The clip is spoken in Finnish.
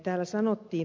täällä ed